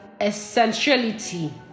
essentiality